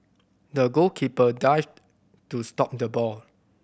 the goalkeeper dived to stop the ball